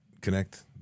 connect